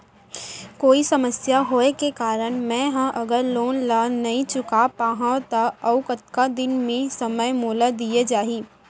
कोई समस्या होये के कारण मैं हा अगर लोन ला नही चुका पाहव त अऊ कतका दिन में समय मोल दीये जाही?